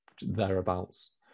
thereabouts